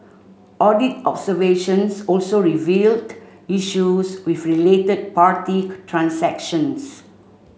audit observations also revealed issues with related party transactions